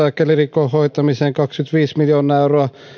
ja kelirikon hoitamiseen kaksikymmentäviisi miljoonaa euroa